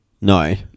No